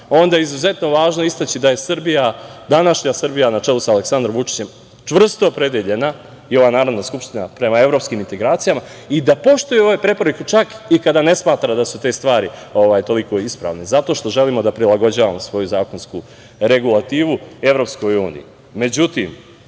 onda je izuzetno važno istaći da je Srbija, današnja Srbija na čelu sa Aleksandrom Vučićem čvrsto opredeljena i ova Narodna skupština prema evropskim integracijama i da poštujemo ove preporuke, čak i kada ne smatramo da su te stvari toliko ispravne, jer želimo da prilagođavamo svoju zakonsku regulativu EU.